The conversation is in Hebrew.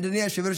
אדוני היושב-ראש,